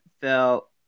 felt